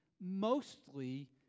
mostly